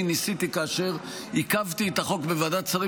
אני ניסיתי כאשר עיכבתי את החוק בוועדת שרים